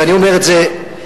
ואני אומר את זה כישראלי,